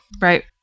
Right